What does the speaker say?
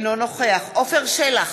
אינו נוכח עפר שלח,